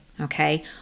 okay